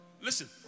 Listen